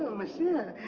monsieur,